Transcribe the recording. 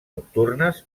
nocturnes